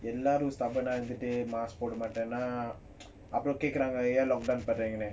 எல்லாரும்:ellorum stubborn ah இருந்துட்டு:irunthutu mask போடமாட்டோம்னாஅப்புறம்கேக்குறாங்க:podamatomna apuram kekuranga